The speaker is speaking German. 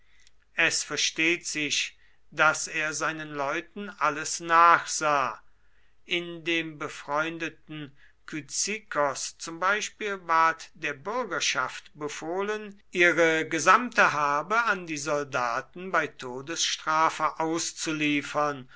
es versteht sich daß er seinen leuten alles nachsah in dem befreundeten kyzikos zum beispiel ward der bürgerschaft befohlen ihre gesamte habe an die soldaten bei todesstrafe auszuliefern